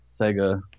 Sega